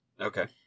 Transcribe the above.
Okay